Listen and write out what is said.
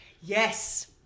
yes